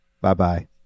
Bye-bye